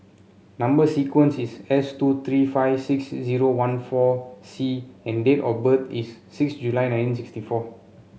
number sequence is S two three five six zero one four C and date of birth is six July nineteen sixty four